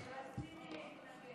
ורציתי להתנגד.